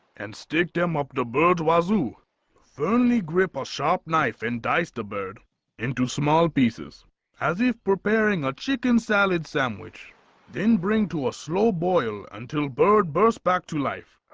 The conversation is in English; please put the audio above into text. and stick them up the bird wazoo firmly grip a sharp knife and i stab red into small pieces as if preparing a chicken salad sandwich then bring to a slow boil until bird bursts back to life